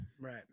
Right